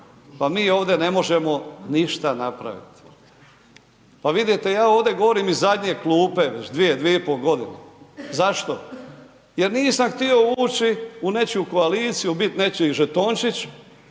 pa mi ovdje ne možemo ništa napravit. Pa vidite, ja ovdje govorim iz zadnje klupe već dvije, dvije i po godine, zašto, jer nisam htio ući u nečiju koaliciju, bit nečiji žetončić,